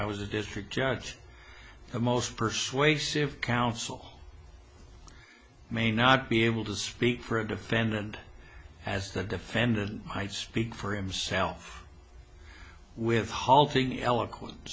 i was a district judge the most persuasive counsel may not be able to speak for a defendant as the defendant i speak for himself with halting eloquen